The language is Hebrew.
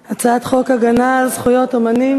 על הצעת חוק הגנה על זכויות אמנים